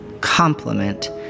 compliment